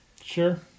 Sure